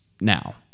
now